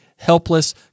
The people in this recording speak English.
helpless